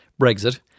Brexit